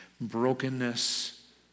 brokenness